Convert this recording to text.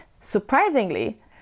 surprisingly